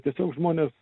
tiesiog žmonės